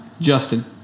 justin